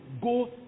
go